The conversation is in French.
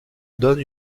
donne